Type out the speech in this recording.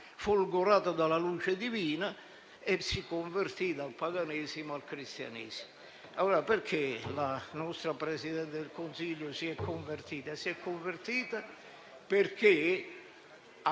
folgorato dalla luce divina e si convertì dal paganesimo al cristianesimo. Allora perché la nostra Presidente del Consiglio si è convertita? Lo ha fatto perché